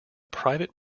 private